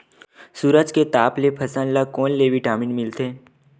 सूरज के ताप ले फसल ल कोन ले विटामिन मिल थे?